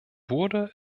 wurde